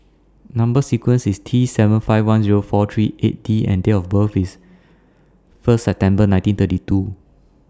Number sequence IS T seven five one Zero four three eight D and Date of birth IS First September nineteen thirty two